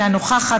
אינה נוכחת,